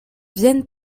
viennent